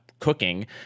cooking